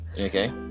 okay